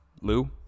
Lou